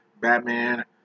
Batman